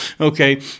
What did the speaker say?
Okay